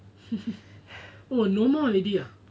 oh no more already ah